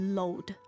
load